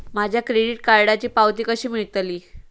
माझ्या क्रेडीट कार्डची पावती कशी मिळतली?